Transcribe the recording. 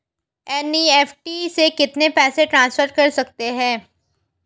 NEFT से कितना पैसा ट्रांसफर कर सकते हैं?